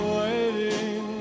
waiting